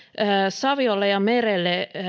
saviolle ja merelle